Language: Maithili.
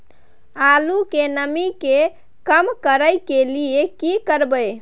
आलू के नमी के कम करय के लिये की करबै?